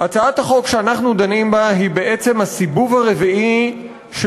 הצעת החוק שאנחנו דנים בה היא בעצם הסיבוב הרביעי של